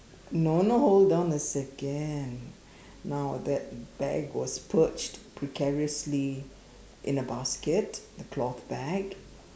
no no hold on a second now that bag was perched precariously in a basket a cloth bag